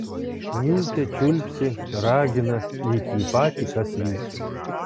niūkia čiulpsi ragina lyg jį patį kas vytų